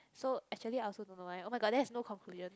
so actually I also don't know eh oh-my-god then that's no conclusion